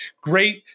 great